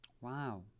wow